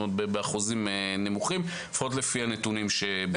זה באחוזים נמוכים, לפחות לפי הנתונים שבידנו.